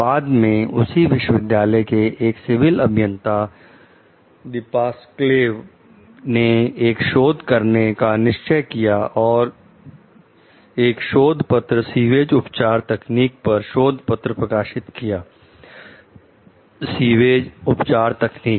बाद में उसी विश्वविद्यालय के एक सिविल अभियंता दीपासक्वेल ने एक शोध करने का निश्चय किया और एक शोध पत्र सीवेज उपचार तकनीक पर शोध पत्र प्रकाशित किया सीवेज उपचार तकनीक